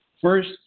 first